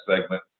segment